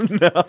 No